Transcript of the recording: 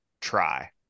try